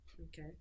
Okay